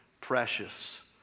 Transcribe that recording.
precious